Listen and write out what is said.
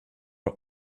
are